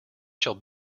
shall